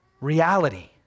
reality